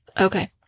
Okay